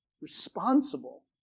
responsible